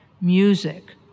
music